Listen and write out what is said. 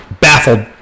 Baffled